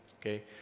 Okay